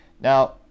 Now